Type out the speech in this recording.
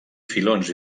filons